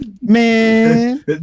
man